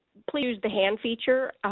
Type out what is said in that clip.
please use the hand feature,